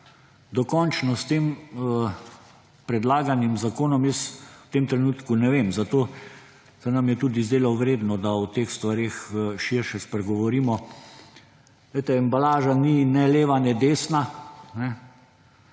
dokončno s tem predlaganim zakonom, v tem trenutku ne vem, zato se nam je tudi zdelo vredno, da o teh stvareh širše spregovorimo. Glejte, embalaža ni ne leva, ne desna,